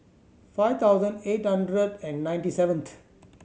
five thousand eight hundred and ninety seventh